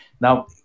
Now